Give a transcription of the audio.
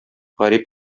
гарип